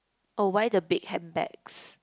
oh why the big handbags